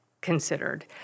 considered